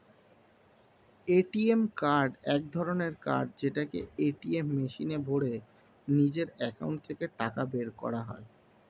ATM card এক ধরণের card যেটাকে এটিএম মেশিনে ভরে নিজের একাউন্ট থেকে টাকা বের করা যায়